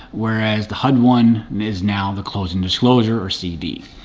whereas the hud one is now the closing disclosure or cd.